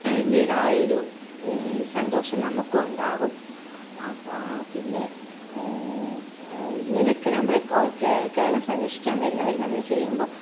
അതിൻ്റേതായ ഒരു ഈ സന്തോഷം നമുക്കും ഉണ്ടാവും അപ്പോൾ ആ പിന്നെ ഇങ്ങനയൊക്കെ നമ്മുടെ കേരളം സന്ദർശിക്കാൻ വരുന്നവരെ നമ്മൾ ചെയ്യുമ്പോൾ